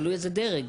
תלוי איזה דרג.